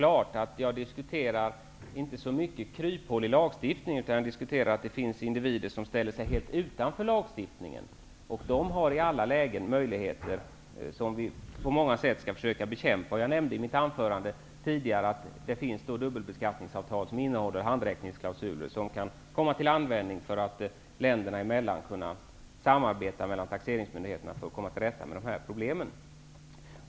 Fru talman! Jag vill göra klart att jag inte diskuterar kryphål i lagstiftningen. Jag talar om att det finns individer som ställer sig helt utanför lagstiftningen. De har möjligheter i alla lägen, vilket vi på många sätt skall försöka bekämpa. Jag nämnde i mitt anförande att det finns dubbelbeskattningsavtal som innehåller handräckningsklausuler, som kan komma till användning när olika länders taxeringsmyndigheter skall samarbeta för att komma till rätta med problemen.